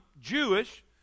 Jewish